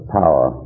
power